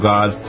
God